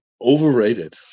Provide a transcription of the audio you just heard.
Overrated